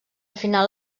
final